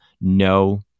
No